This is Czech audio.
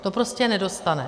To prostě nedostane.